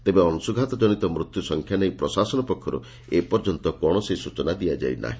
ତେବେ ଅଂଶୁଘାତ କନିତ ମୃତ୍ୟୁ ସଂଖ୍ୟା ନେଇ ପ୍ରଶାସନ ପକ୍ଷରୁ ଏପର୍ଯ୍ୟନ୍ତ କୌଣସି ସ୍ଚନା ଦିଆଯାଇ ନାହି